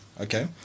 okay